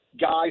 guys